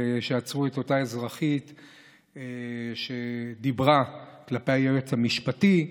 שעצרו את אותה אזרחית שדיברה כלפי היועץ המשפטי,